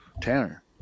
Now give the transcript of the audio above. Tanner